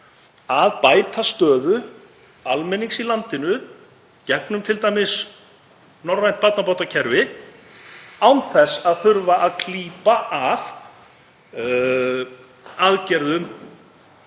að bæta stöðu almennings í landinu, t.d. í gegnum norrænt barnabótakerfi, án þess að þurfa að klípa af aðgerðum